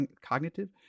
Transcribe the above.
Cognitive